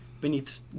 Beneath